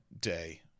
day